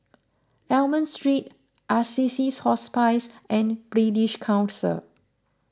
Almond Street Assisies Hospice and British Council